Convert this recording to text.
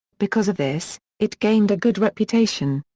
because of this, it gained a good reputation.